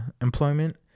employment